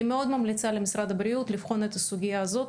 אני מאוד ממליצה למשרד הבריאות לבחון את הסוגייה הזאת,